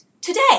today